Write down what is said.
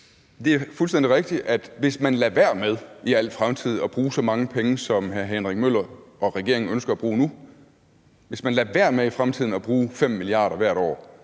Det er fuldstændig rigtigt, at hvis man lader være med i al fremtid at bruge så mange penge, som hr. Henrik Møller og regeringen ønsker at bruge nu, hvis man lader være med i fremtiden med at bruge 5 mia. kr. hvert år,